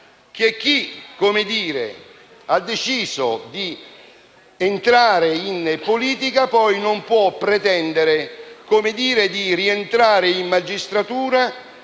chi ha deciso di entrare in politica non può poi pretendere di rientrare in magistratura,